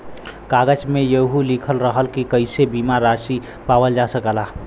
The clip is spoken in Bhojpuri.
कागज में यहू लिखल रहला की कइसे बीमा रासी पावल जा सकला